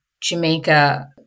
Jamaica